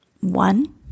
One